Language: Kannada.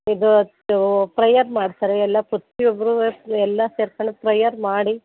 ಇದು ಪ್ರಯರ್ ಮಾಡ್ತಾರೆ ಎಲ್ಲ ಪ್ರತಿಯೊಬ್ರುವೆ ಎಲ್ಲ ಸೇರ್ಕೊಂಡು ಪ್ರಯರ್ ಮಾಡಿ